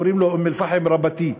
קוראים לו: אום-אלפחם רבתי.